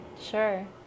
Sure